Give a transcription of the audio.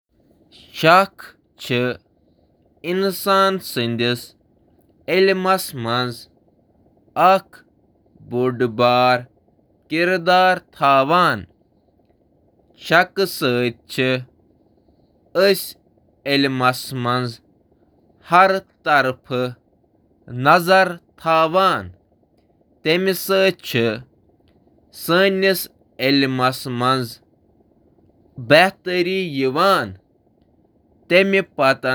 علم کس تعاقبس منٛز شکوک وجودٕ چُھ اکس انسان کس طورس پیٹھ علمچ لامحدود صلاحیتس غیر مقفل کرنچ کلید کس طورس پیٹھ کٲم کران۔ شک چُھ سُہٕ یُس سوال چُھ جنم دیوان۔ سوالَو بغٲر گژھہِ نہٕ کانٛہہ